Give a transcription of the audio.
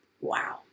Wow